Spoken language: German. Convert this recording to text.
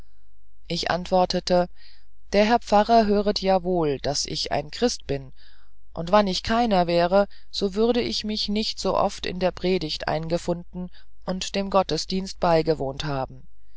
ich antwortete der herr pfarrer höret ja wohl daß ich ein christ bin und wann ich keiner wäre so würde ich mich nicht so oft in der predigt eingefunden und dem gottesdienst beigewohnt haben